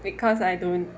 because I don't